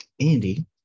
Andy